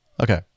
Okay